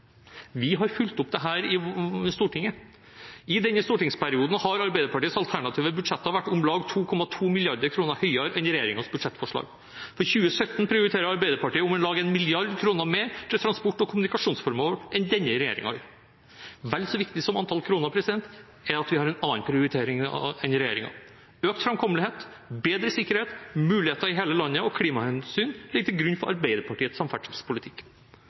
Vi har fulgt opp dette i Stortinget. I denne stortingsperioden har Arbeiderpartiets alternative budsjetter vært om lag 2,2 mrd. kr høyere enn regjeringens budsjettforslag. For 2017 prioriterer Arbeiderpartiet om lag 1 mrd. kr mer til transport- og kommunikasjonsformål enn denne regjeringen gjør. Vel så viktig som antall kroner er at vi har en annen prioritering enn regjeringen. Økt framkommelighet, bedre sikkerhet, muligheter i hele landet og klimahensyn ligger til grunn for Arbeiderpartiets samferdselspolitikk.